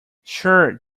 sure